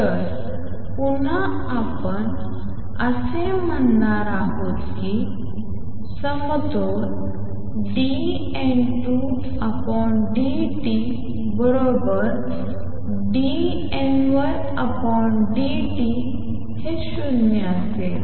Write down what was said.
तर पुन्हा आपण असे म्हणणार आहोत की समतोल dN2dt बरोबर dN1dt हे 0 असेल